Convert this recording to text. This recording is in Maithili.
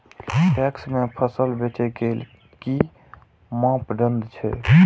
पैक्स में फसल बेचे के कि मापदंड छै?